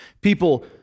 people